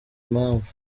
mpamvu